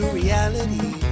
reality